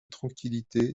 tranquillité